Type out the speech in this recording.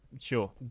Sure